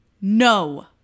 No